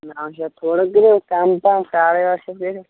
نَو شٮ۪تھ تھوڑا کٔرِہوٗس کَم پَہَم ساڑٔے ٲٹھ شٮ۪تھ کٔرِو